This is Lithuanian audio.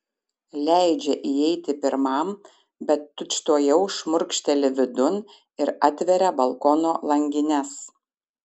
leidžia įeiti pirmam bet tučtuojau šmurkšteli vidun ir atveria balkono langines